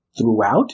throughout